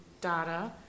data